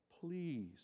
please